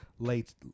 late